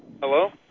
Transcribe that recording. Hello